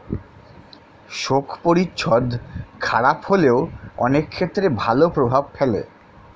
শোক পরিচ্ছদ খারাপ হলেও অনেক ক্ষেত্রে ভালো প্রভাব ফেলে